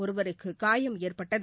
ஒருவருக்கு காயம் ஏற்பட்டது